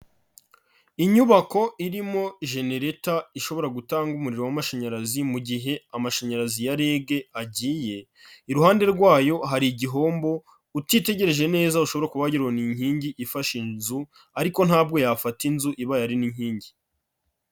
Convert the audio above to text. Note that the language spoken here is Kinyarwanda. Inyubako irimo jenereta ishobora gutanga umuriro w'amashanyarazi mu gihe amashanyarazi ya REG, agiye iruhande rwayo hari igihombo, utitegereje neza ushobora kuba wagira ngo ni inkingi ifashe inzu, ariko ntabwo yafata inzu ibaye ari n'inkingi.